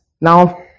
now